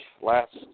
last